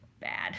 bad